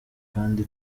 kandi